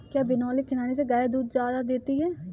क्या बिनोले खिलाने से गाय दूध ज्यादा देती है?